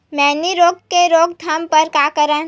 मैनी रोग के रोक थाम बर का करन?